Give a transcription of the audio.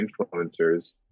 influencers